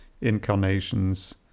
incarnations